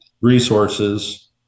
resources